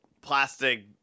plastic